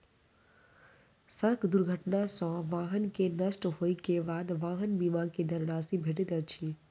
सड़क दुर्घटना सॅ वाहन के नष्ट होइ के बाद वाहन बीमा के धन राशि भेटैत अछि